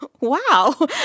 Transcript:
Wow